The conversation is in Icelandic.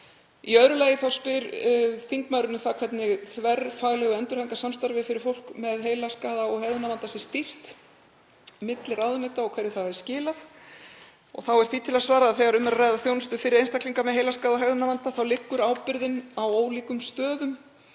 Í öðru lagi spyr þingmaðurinn um það hvernig þverfaglegu endurhæfingarsamstarfi fyrir fólk með heilaskaða og hegðunarvanda sé stýrt milli ráðuneyta og hverju það hafi skilað. Þá er því til að svara að þegar um er að ræða þjónustu fyrir einstaklinga með heilaskaða og hegðunarvanda liggur ábyrgðin á ólíkum stöðum.